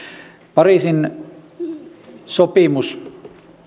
pariisin sopimus